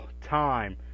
time